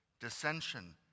dissension